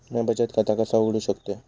म्या बचत खाता कसा उघडू शकतय?